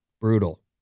Brutal